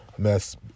mess